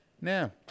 Now